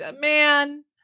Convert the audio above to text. man